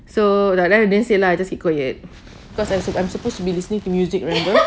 so like then I didn't say lah I just keep quiet cause I I'm supposed to be listening to music remember